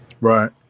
right